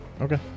Okay